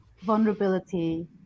Vulnerability